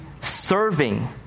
serving